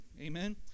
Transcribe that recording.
Amen